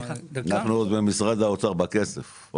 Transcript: אנחנו עוד במשרד האוצר בכסף.